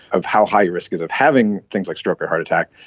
of how high your risk is of having things like stroke or heart attack,